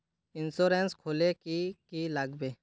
Insurance खोले की की लगाबे?